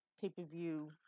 pay-per-view